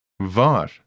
Var